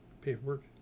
paperwork